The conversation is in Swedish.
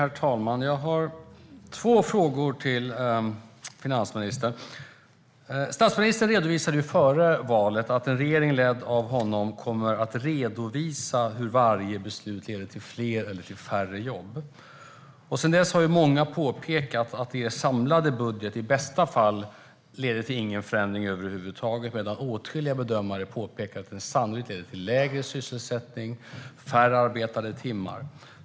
Herr talman! Jag har två frågor till finansministern. Statsministern redovisade före valet att en regering ledd av honom kommer att redovisa huruvida varje beslut leder till fler eller färre jobb. Sedan dess har många påpekat att er samlade budget i bästa fall leder till ingen förändring över huvud taget, medan åtskilliga bedömare påpekar att den sannolikt leder till lägre sysselsättning och färre arbetade timmar.